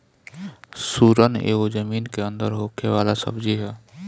सुरन एगो जमीन के अंदर होखे वाला सब्जी हअ